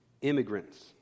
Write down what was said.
immigrants